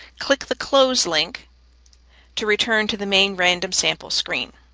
click the close link to return to the main random sample screen.